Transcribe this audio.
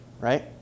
right